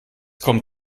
kommt